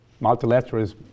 Multilateralism